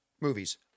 movies